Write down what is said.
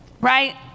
right